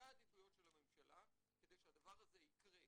העדיפויות של הממשלה כדי שהדבר הזה יקרה.